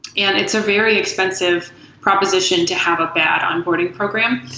and it's a very expensive proposition to have a bad onboarding program.